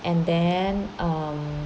and then um